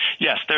Yes